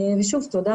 שמענו על